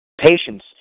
Patience